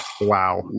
wow